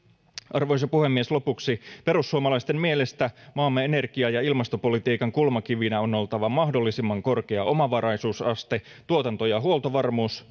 arvoisa puhemies lopuksi perussuomalaisten mielestä maamme energia ja ilmastopolitiikan kulmakivinä on oltava mahdollisimman korkea omavaraisuusaste tuotanto ja huoltovarmuus